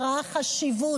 שראה חשיבות.